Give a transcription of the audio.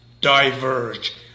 diverge